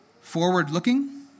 forward-looking